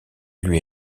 lui